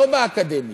לא באקדמיה,